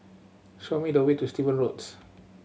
show me the way to Steven Roads